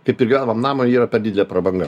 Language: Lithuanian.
kaip ir gyvenamam namui yra per didelė prabanga